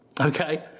Okay